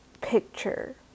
picture